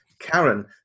Karen